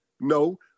no